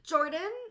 Jordan